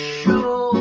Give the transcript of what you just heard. show